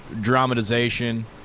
dramatization